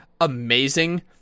amazing